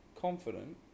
confident